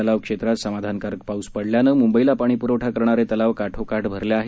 तलाव क्षेत्रात समाधानकारक पाऊस पडल्याम्ळे म्ंबईला पाणीप्रवठा करणारे तलाव काठोकाठ भरले आहेत